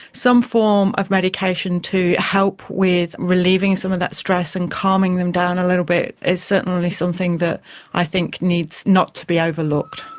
some form of medication to help with relieving some of that stress and calming them down a little bit is certainly something that i think needs not to be overlooked.